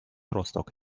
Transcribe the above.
rostock